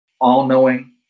all-knowing